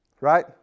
Right